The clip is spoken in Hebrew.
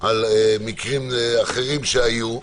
על מקרים אחרים שהיו,